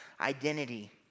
identity